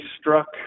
struck